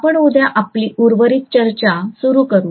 आपण उद्या आपली उर्वरित चर्चा सुरू करू